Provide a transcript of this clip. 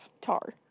tar